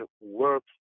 work